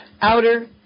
outer